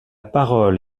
parole